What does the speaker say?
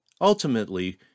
Ultimately